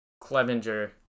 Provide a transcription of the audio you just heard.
Clevenger